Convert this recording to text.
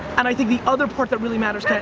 and i think the other part that really matters, kat,